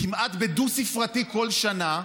כמעט בדו-ספרתי כל שנה,